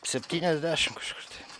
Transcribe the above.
septyniasdešim kažkur tai